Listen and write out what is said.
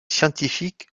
scientifique